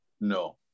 No